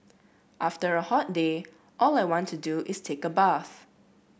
after a hot day all I want to do is take a bath